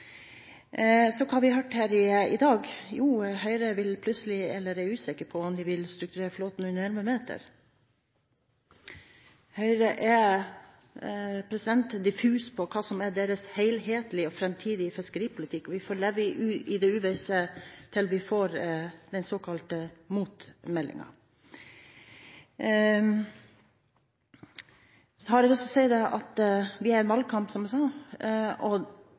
Så hva har vi hørt her i dag? Jo, Høyre vil plutselig – eller er usikre på om de vil – strukturere flåten under 11 meter. Høyre er diffus på hva som er deres helhetlige og framtidige fiskeripolitikk, og vi får leve i uvisse til vi får den såkalte motmeldingen. Så har jeg lyst til å si at vi har en valgkamp, og jeg vil nok en gang presisere – som jeg